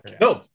no